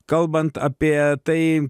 kalbant apie tai